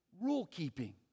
rule-keeping